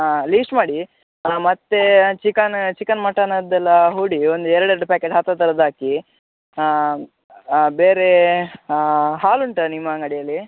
ಹಾಂ ಲೀಸ್ಟ್ ಮಾಡಿ ಮತ್ತೆ ಚಿಕನ್ ಚಿಕನ್ ಮಟನ್ದೆಲ್ಲ ಹುಡಿ ಒಂದು ಎರಡೆರಡು ಪ್ಯಾಕೆಟ್ ಹತ್ತು ಹತ್ತರದ್ದು ಹಾಕಿ ಹಾಂ ಹಾಂ ಬೇರೆ ಹಾಲು ಉಂಟ ನಿಮ್ಮ ಅಂಗಡಿಯಲ್ಲಿ